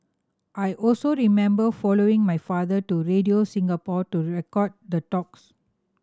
I also remember following my father to Radio Singapore to record the talks